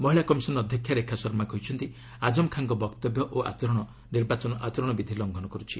ମହିଳା କମିଶନ୍ ଅଧ୍ୟକ୍ଷା ରେଖା ଶର୍ମା କହିଛନ୍ତି ଆଜମ୍ ଖାଁଙ୍କ ବକ୍ତବ୍ୟ ଓ ଆଚରଣ ନିର୍ବାଚନ ଆଚରଣ ବିଧି ଲଙ୍ଘନ କରୁଛି